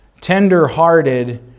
tender-hearted